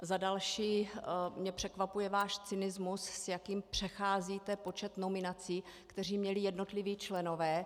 Za další mne překvapuje váš cynismus, s jakým přecházíte počet nominací, které měli jednotliví členové.